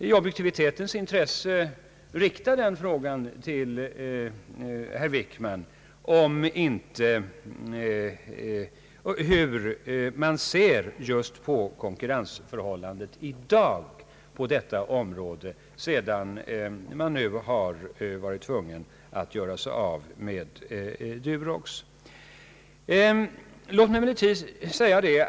I objektivitetens intresse vill jag gärna fråga herr Wickman hur man i dag ser på konkurrensförhållandet sedan man nu har varit tvungen att göra sig av med Durox.